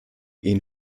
ihnen